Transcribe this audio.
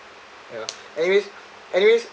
ya anyways anyways